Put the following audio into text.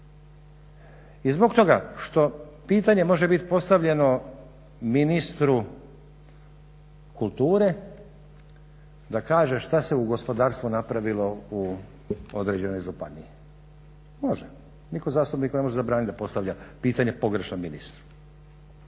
I zbog toga što pitanje može bit postavljeno ministru kulture da kaže što se u gospodarstvu napravilo u određenoj županiji. Može, nitko zastupniku ne može zabraniti da postavlja pitanje pogrešnom ministru.